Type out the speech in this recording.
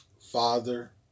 father